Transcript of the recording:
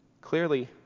Clearly